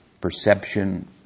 perception